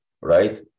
right